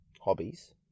hobbies